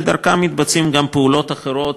ודרכה מתבצעות גם פעולות אחרות,